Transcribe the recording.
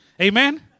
Amen